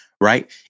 Right